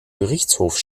gerichtshof